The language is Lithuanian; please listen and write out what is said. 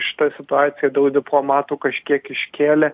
šita situacija dėl diplomatų kažkiek iškėlė